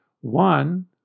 one